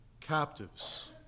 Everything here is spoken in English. captives